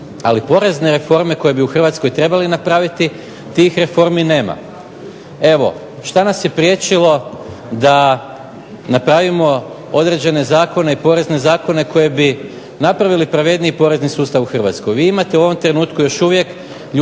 Ali porezne reforme koje bi u Hrvatskoj trebali napraviti tih reformi nema. Evo, šta nas je priječilo da napravimo određene zakone i porezne zakone koji bi napravili pravedniji porezni sustav u Hrvatskoj.